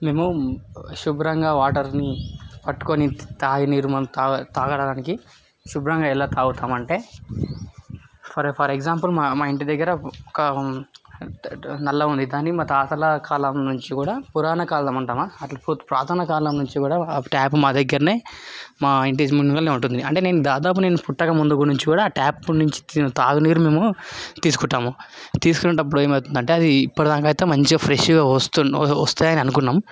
మేము శుభ్రంగా వాటర్ని పట్టుకొని తాగి నీరు మనం తాగ తాగడానికి శుభ్రంగా ఎలా తాగుతామంటే ఫర్ ఫర్ ఎగ్జాంపుల్ మా ఇంటి దగ్గర ఒక నల్లా ఉంది దానీ మా తాతల కాలం నుంచి కూడా పురాణ కాలం అంటాం కదా అట్లా పురాతన కాలం నుంచి కూడా టాప్ మా దగ్గరనే మా ఇంటి ముందునే ఉంటుంది అంటే దాదాపు నేను పుట్టక ముందు నుంచి కూడా ఆ టాప్ నుంచి తాగునీరును తీసుకుంటాము తీసుకునేటప్పుడు ఏమవుతుందంటే ఇప్పుడు దాక అయితే మంచిగా ఫ్రెష్గా వస్తా వస్తాయనే అనుకున్నాం